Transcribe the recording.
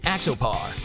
Axopar